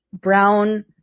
brown